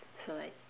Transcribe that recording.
so like